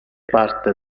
parte